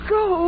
go